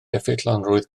effeithiolrwydd